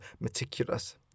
meticulous